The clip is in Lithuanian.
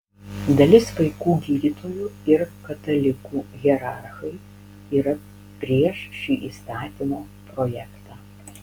dalis vaikų gydytojų ir katalikų hierarchai yra prieš šį įstatymo projektą